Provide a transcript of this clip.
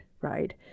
right